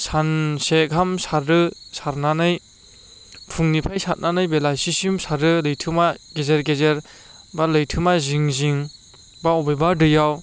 सानसे गाहाम सारो सारनानै फुंनिफ्राय सारनानै बेलासिसिम सारो लैथोमा गेजेर गेजेर बा लैथोमा जिं जिं बा बबेबा दैयाव